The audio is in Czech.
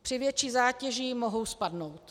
Při větší zátěži mohou spadnout.